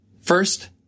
First